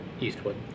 Eastwood